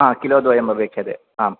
हा किलो द्वयम् अपेक्षते आम्